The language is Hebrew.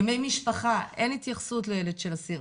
ימי משפחה, אין התייחסות לילד של אסיר.